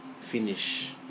finish